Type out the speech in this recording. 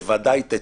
בוודאי תצאו.